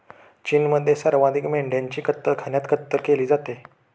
चीनमध्ये सर्वाधिक मेंढ्यांची कत्तलखान्यात कत्तल केली जाते